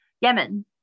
Yemen